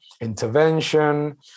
intervention